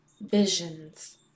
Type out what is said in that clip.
visions